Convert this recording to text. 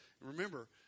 remember